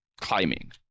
climbing